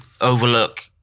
overlook